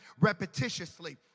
repetitiously